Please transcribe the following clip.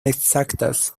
exactas